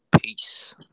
Peace